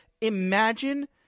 imagine